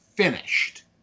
Finished